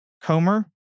Comer